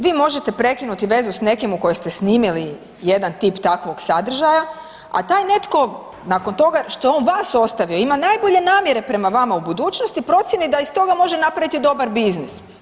Vi možete prekinuti vezu s nekim u kojoj ste snimili jedan tip takvog sadržaja, a taj netko nakon toga što je on vas ostavio i ima najbolje namjere prema vama u budućnosti procijeni da iz toga može napraviti dobar biznis.